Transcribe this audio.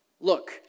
look